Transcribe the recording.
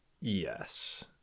yes